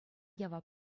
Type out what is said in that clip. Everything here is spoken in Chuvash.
явап